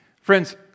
friends